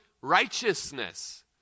righteousness